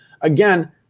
again